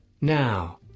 Now